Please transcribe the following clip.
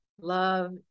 love